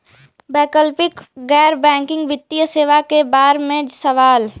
वैकल्पिक गैर बैकिंग वित्तीय सेवा के बार में सवाल?